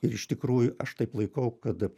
ir iš tikrųjų aš taip laikau kad